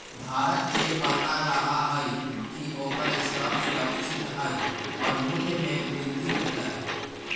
धारक के पता रहा हई की ओकर स्टॉक सुरक्षित हई और मूल्य में वृद्धि होतय